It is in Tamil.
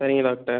சரிங்க டாக்டர்